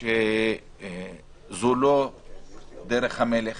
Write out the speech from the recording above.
שזו לא דרך המלך